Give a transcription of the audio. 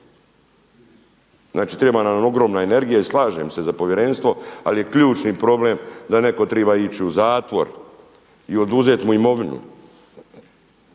Znači treba nam ogromna energija i slažem se za povjerenstvo, ali je ključni problem da netko triba ići u zatvor i oduzet mu imovinu